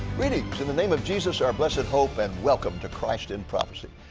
greetings in the name of jesus, our blessed hope, and welcome to christ in prophecy.